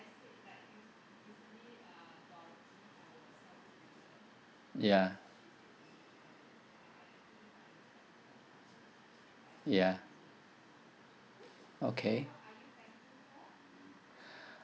ya ya okay